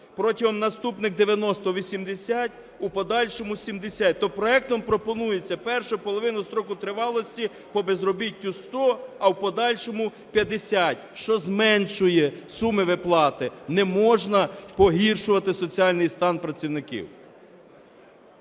протягом наступних 90 – 80, у подальшому 70. То проектом пропонується першу половину строку тривалості по безробіттю 100, а в подальшому 50, що зменшує суми виплати. Не можна погіршувати соціальний стан працівників.